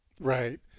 Right